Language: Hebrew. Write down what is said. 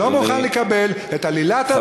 אני לא מוכן לקבל את עלילת הדם,